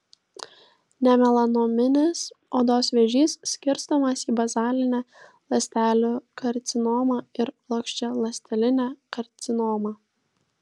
nemelanominis odos vėžys skirstomas į bazalinę ląstelių karcinomą ir plokščialąstelinę karcinomą